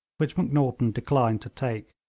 which macnaghten declined to take.